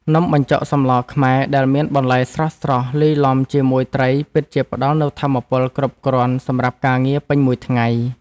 នំបញ្ចុកសម្លខ្មែរដែលមានបន្លែស្រស់ៗលាយឡំជាមួយត្រីពិតជាផ្ដល់នូវថាមពលគ្រប់គ្រាន់សម្រាប់ការងារពេញមួយថ្ងៃ។